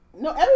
No